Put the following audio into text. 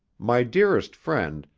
my dearest friend,